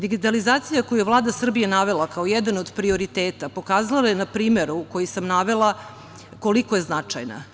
Digitalizacija koju je Vlada Srbije navela kao jedan od prioriteta pokazala je na primeru koji sam navela koliko je značajna.